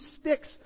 sticks